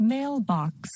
Mailbox